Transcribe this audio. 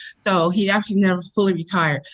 so he actually never fully retired.